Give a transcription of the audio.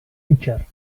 pitcher